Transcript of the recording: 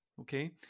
Okay